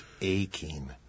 aching